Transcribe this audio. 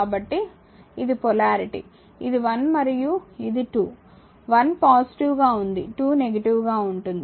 కాబట్టి ఇది పొలారిటీ ఇది 1 మరియు ఇది 2 1 పాజిటివ్ గా ఉంది 2 నెగిటివ్ గా ఉంటుంది